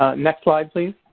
ah next slide, please.